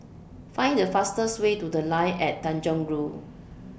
Find The fastest Way to The Line At Tanjong Rhu